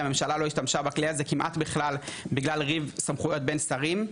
הממשלה לא השתמשה בכלי הזה כמעט בכלל בגלל ריב סמכויות בין שרים,